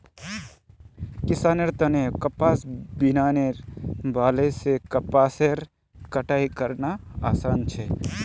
किसानेर तने कपास बीनने वाला से कपासेर कटाई करना आसान छे